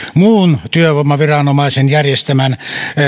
muun työvoimaviranomaisen järjestämän